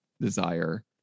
desire